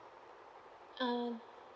err